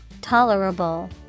Tolerable